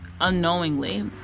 unknowingly